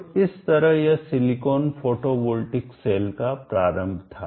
और इस तरह यह सिलिकॉन फोटोवॉल्टिक सेल का प्रारंभ था